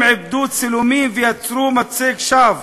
הם עיבדו צילומים ויצרו מצג שווא,